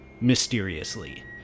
mysteriously